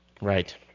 Right